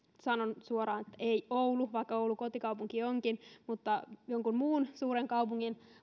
sanon suoraan että en oulun vaikka oulu kotikaupunkini onkin vaan jonkun muun suuren kaupungin